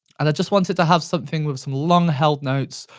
and i just wanted to have something with some long-held notes,